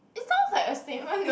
it sounds like a statement though